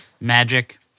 Magic